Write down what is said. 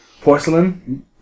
Porcelain